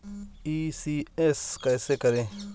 ECS कैसे करें?